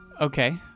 Okay